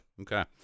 Okay